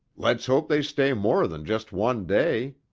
let's hope they stay more than just one day!